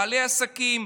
לבעלי עסקים,